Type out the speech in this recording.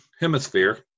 Hemisphere